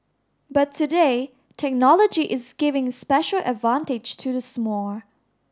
but today technology is giving special advantage to the small